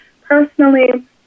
personally